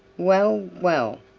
well, well,